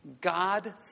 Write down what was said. God